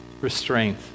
restraint